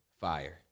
Fire